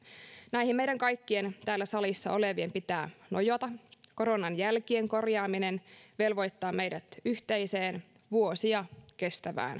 näihin meidän kaikkien täällä salissa olevien pitää nojata koronan jälkien korjaaminen velvoittaa meidät yhteiseen vuosia kestävään